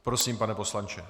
Prosím, pane poslanče.